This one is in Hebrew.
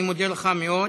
אני מודה לך מאוד.